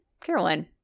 Caroline